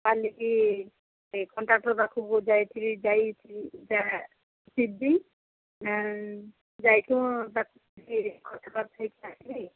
କାଲିକି ସେ କଣ୍ଟ୍ରାକ୍ଟର୍ ପାଖକୁ ଯାଇଥିବି ଯାଇ ଯାଇ ତ କଥାବାର୍ତ୍ତା ହୋଇକି ଆସିବି